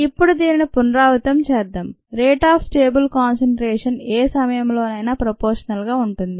ఇప్పుడు దీనిని పునరావృతం చేద్దాం రేట్ అఫ్ స్టేబుల్ కాన్సంట్రేషన్ ఏ సమయంలోనైనా ప్రోపోషనల్ గా ఉంటుంది